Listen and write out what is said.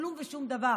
כלום ושום דבר